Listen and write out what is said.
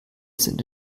sind